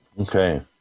Okay